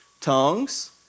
tongues